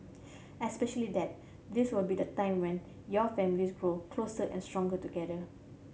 especially that this will be the time when your families grow closer and stronger together